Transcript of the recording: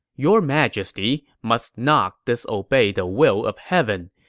your majesty must not disobey the will of heaven.